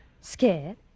Scared